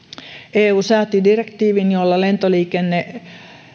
eu sääti direktiivin jolla lentoliikenne